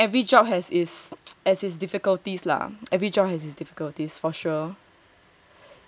I think every job has its difficulties lah every job has its difficulties for sure